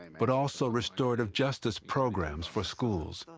but also restorative justice programs for schools,